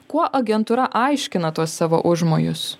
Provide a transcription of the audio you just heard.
kuo agentūra aiškina tuos savo užmojus